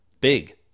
Big